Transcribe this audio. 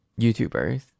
YouTubers